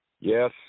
Yes